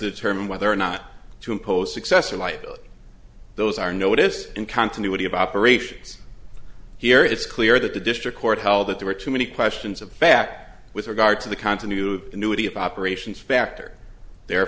determine whether or not to impose successor liability those are notice in continuity of operations here it's clear that the district court held that there were too many questions of fact with regard to the continuity the knew of the of operations factor there